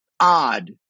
odd